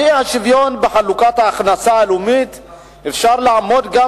על האי-שוויון בחלוקת ההכנסה הלאומית אפשר לעמוד גם